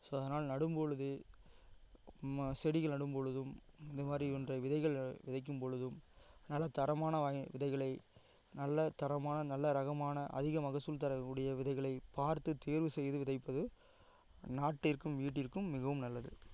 so அதனால் நடும்பொழுதே ம செடிகள் நடும்பொழுதும் இந்த மாரி போன்ற விதைகள் விதைக்கும் பொழுதும் நல்ல தரமான விதைகளை நல்ல தரமான நல்ல ரகமான அதிக மகசூல் தரக்கூடிய விதைகளை பார்த்து தேர்வு செய்து விதைப்பது நாட்டிற்கும் வீட்டிற்கும் மிகவும் நல்லது